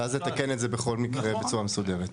ואז לתקן את זה בכל מקרה בצורה מסודרת.